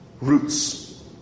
roots